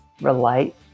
relate